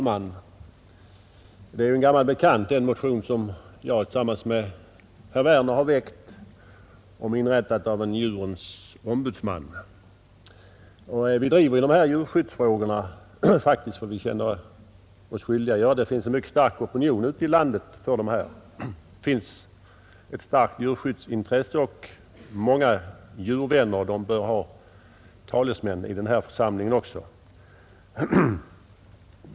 Fru talman! Den motion som herr Werner i Malmö och jag har väckt om inrättande av en befattning som djurens ombudsman är ju en gammal bekant. Vi driver djurskyddsfrågorna bl.a. därför att vi känner oss skyldiga att göra det. Ute i landet finns det faktiskt en mycket stark opinion i de frågorna. Det finns ett starkt djurskyddsintresse. Och de många djurvännerna bör ha talesmän också i denna församling.